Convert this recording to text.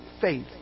faith